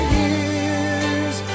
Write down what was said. years